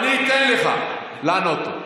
אני אתן לך לענות לו.